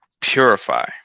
purify